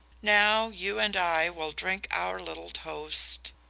now you and i will drink our little toast.